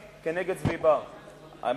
כנגד צבי בר", וזה מה שהציבור ידע.